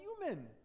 human